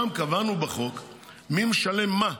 גם קבענו בחוק מי משלם מה,